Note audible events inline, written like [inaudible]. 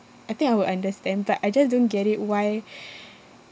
I think I would understand but I just don't get it why [breath]